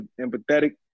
empathetic